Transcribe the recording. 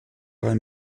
ein